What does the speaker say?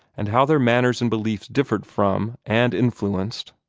and how their manners and beliefs differed from, and influenced